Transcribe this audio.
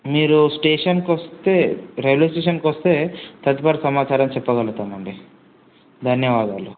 మీరూ స్టేషన్కు వస్తే రైల్వే స్టేషన్కి వస్తే తదుపరి సమాచారం చెప్పగలుగుతాము అండి ధన్యవాదాలూ